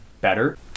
better